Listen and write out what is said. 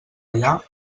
allà